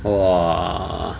!wah!